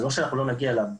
זה לא שאנחנו לא נגיע אליו.